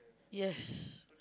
yes